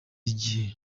igihe